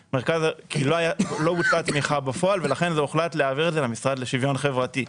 לא בוצעה תמיכה בפועל ולכן הוחלט להעביר את זה למשרד לשוויון חברתי.